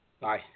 Bye